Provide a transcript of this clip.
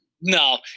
no